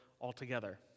altogether